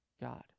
God